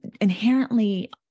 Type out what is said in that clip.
inherently